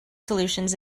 solutions